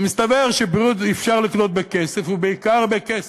מסתבר שבריאות אפשר לקנות בכסף ובעיקר בכסף.